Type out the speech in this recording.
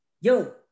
Yo